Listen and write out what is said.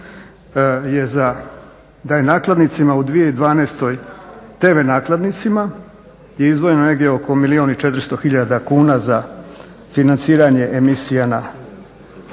da je nakladnicima u 2012., tv nakladnicima izdvojeno negdje oko milijun i 400 tisuća kuna za financiranje emisija na